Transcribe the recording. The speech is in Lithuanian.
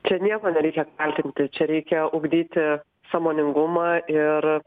čia nieko nereikia kaltinti čia reikia ugdyti sąmoningumą ir